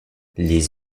les